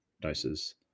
doses